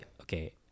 okay